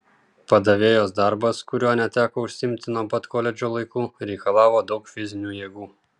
padavėjos darbas kuriuo neteko užsiimti nuo pat koledžo laikų reikalavo daug fizinių jėgų